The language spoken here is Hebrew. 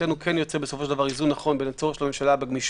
מבחינתנו יוצר איזון נכון בין הצורך של הממשלה בגמישות